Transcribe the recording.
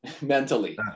mentally